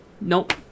Nope